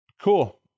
cool